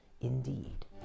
indeed